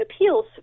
appeals